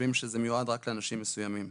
חושבים שזה מיועד רק לאנשים מסוימים.